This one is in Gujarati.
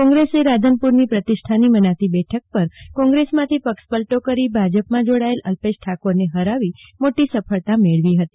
કોંગ્રેસે રાધનપુરની પ્રતિષ્ઠિત મનાતી બેઠક પર કોંગ્રેસમાંથી પક્ષ પલટો કરી ભાજપમાં જોડાયેલ અલ્પેશ ઠાકોરને હરાવી મોટી સફળતા મેળવી હતી